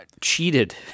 cheated